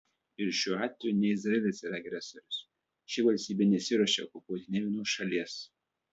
ir šiuo atveju ne izraelis yra agresorius ši valstybė nesiruošia okupuoti nė vienos šalies